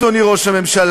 אדוני ראש הממשלה,